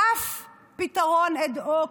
ואף פתרון אד הוק,